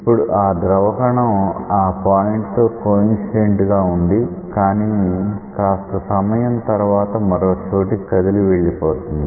ఇప్పుడు ఆ ద్రవ కణం ఆ పాయింట్ తో కోఇన్సిడెంట్ గా ఉంది కానీ కాస్త సమయం తర్వాత మరో చోటికి కదిలి వెళ్ళి పోతుంది